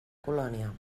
colònia